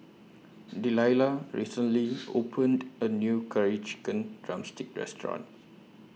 Delilah recently opened A New Curry Chicken Drumstick Restaurant